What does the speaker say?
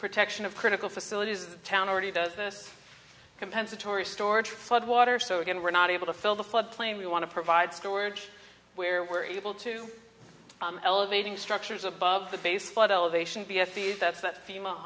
protection of critical facilities the town already does this compensatory storage flood water so again we're not able to fill the floodplain we want to provide storage where we're able to elevating structures above the base f